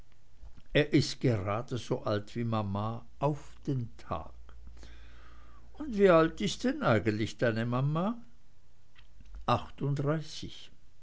er ist geradeso alt wie mama auf den tag und wie alt ist denn eigentlich deine mama achtunddreißig